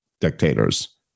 dictators